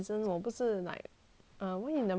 um why you never ask your girlfriend right